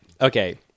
okay